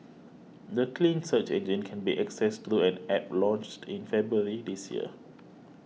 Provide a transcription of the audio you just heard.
the clean search engine can be accessed through an App launched in February this year